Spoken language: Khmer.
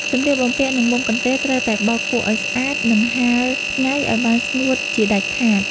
សម្លៀកបំពាក់ និងមុងកន្ទេលត្រូវតែបោកគក់ឱ្យស្អាត និងហាលថ្ងៃឱ្យបានស្ងួតជាដាច់ខាត។